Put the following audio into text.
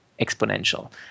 exponential